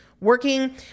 working